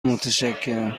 متشکرم